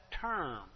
term